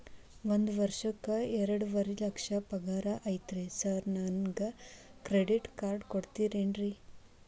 ಒಂದ್ ವರ್ಷಕ್ಕ ಎರಡುವರಿ ಲಕ್ಷ ಪಗಾರ ಐತ್ರಿ ಸಾರ್ ನನ್ಗ ಕ್ರೆಡಿಟ್ ಕಾರ್ಡ್ ಕೊಡ್ತೇರೆನ್ರಿ?